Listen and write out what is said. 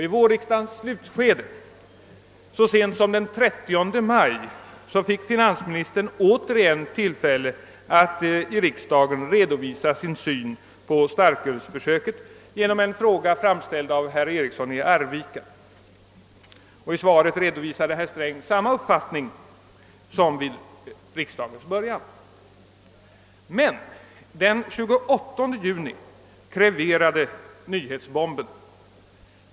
I vårriksdagens slutskede så sent som den 30 maj fick finansministern återigen tillfälle att i riksdagen redovisa sin syn på starkölsförsöket vid besvarandet av en fråga framställd av herr Eriksson från Arvika. I svaret redovisade herr Sträng samma uppfattning som vid riksdagens början. Men den 28 juni kreverade nyhetsbomben.